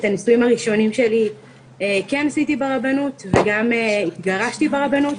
את הנישואים הראשונים שלי כן עשיתי ברבנות וגם התגרשתי ברבנות.